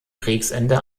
kriegsende